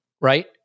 right